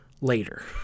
later